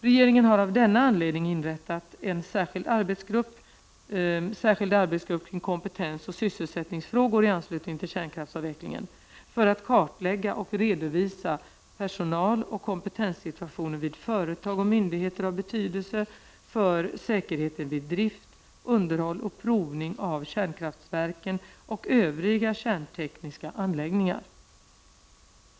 Regeringen har av denna anledning inrättat en särskild arbetsgrupp, Särskild arbetsgrupp kring kompetensoch sysselsättningsfrågor i anslutning till kärnkraftsavvecklingen, för att kartlägga och redovisa personaloch kompetenssituationen vid företag och myndigheter av betydelse för säkerheten vid drift, underhåll och provning av kärnkraftverken och övriga kärntekniska anläggningar.